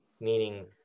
meaning